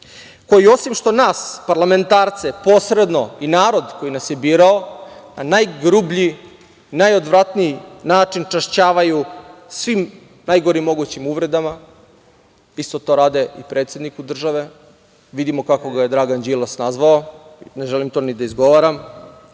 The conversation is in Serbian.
koji osim što nas parlamentarce posredno i narod koji nas je birao na najgrublji, najodvratniji način čašćavaju svim najgorim mogućim uvredama. Isto to rade i predsedniku države, vidimo kako ga je Dragan Đilas nazvao, ne želim to ni da izgovaram. Jedino